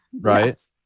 right